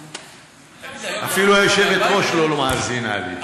אפילו היושבת-ראש לא מאזינה לי.